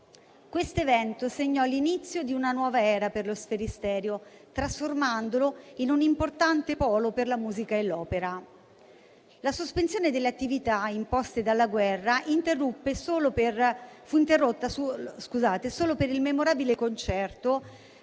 Questo evento segnò l'inizio di una nuova era per lo Sferisterio, trasformandolo in un importante polo per la musica e l'opera. La sospensione delle attività imposta dalla guerra fu interrotta solo per il memorabile concerto